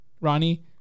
Ronnie